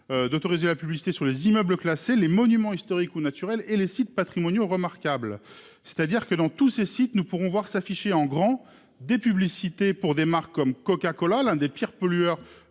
D'autoriser la publicité sur les immeubles classés les monuments historiques ou naturels et les sites patrimoniaux remarquables. C'est-à-dire que dans tous ces sites nous pourront voir s'afficher en grand des publicités pour des marques comme Coca Cola, l'un des pires pollueurs